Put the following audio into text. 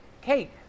cake